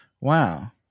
wow